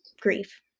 grief